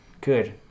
Good